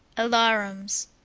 alarums.